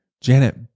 Janet